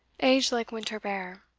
age like winter bare.